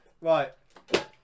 right